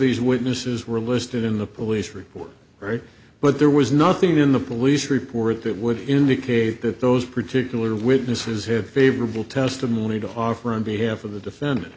these witnesses were listed in the police report right but there was nothing in the police report that would indicate that those particular witnesses had favorable testimony to offer on behalf of the defendant